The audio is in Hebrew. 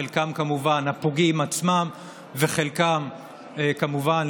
חלקם כמובן הפוגעים עצמם וחלקם כמובן,